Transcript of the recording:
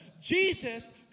Jesus